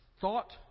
thought